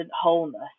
wholeness